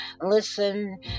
listen